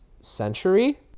century